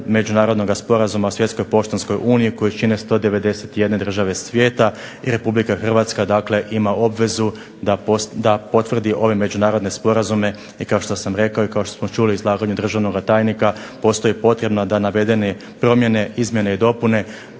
Međunarodnog sporazuma o Svjetskom poštanskoj uniji koju čine 191 država svijeta i Republika Hrvatska dakle ima obvezu da potvrdi ove međunarodne sporazume. I kao što sam rekao i kao što smo čuli izlaganje državnoga tajnika, postoji potreba da navedene promjene, izmjene i dopune